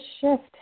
shift